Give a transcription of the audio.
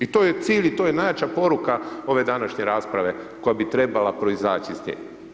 I to je cilj i to je najjača poruka ove današnje rasprave koja bi trebala proizaći iz nje.